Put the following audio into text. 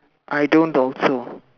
I don't also